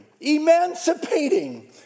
emancipating